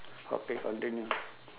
okay continue